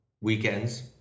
weekends